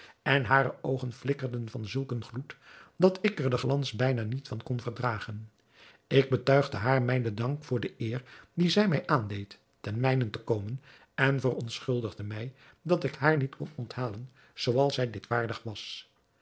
en hare oogen flikkerden van zulk een gloed dat ik er den glans bijna niet van kon verdragen ik betuigde haar mijnen dank voor de eer die zij mij aandeed ten mijnent te komen en verontschuldigde mij dat ik haar niet kon onthalen zooals zij dit waardig was